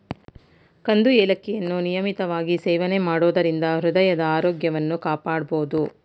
ಕಂದು ಏಲಕ್ಕಿಯನ್ನು ನಿಯಮಿತವಾಗಿ ಸೇವನೆ ಮಾಡೋದರಿಂದ ಹೃದಯದ ಆರೋಗ್ಯವನ್ನು ಕಾಪಾಡ್ಬೋದು